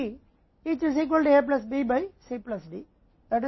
हम यहाँ एक और काम भी कर सकते हैं जो IM plus 1 एक को सब कुछ जोड़ देता है